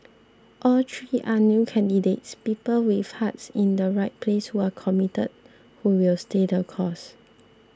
all three are new candidates people with hearts in the right place who are committed who will stay the course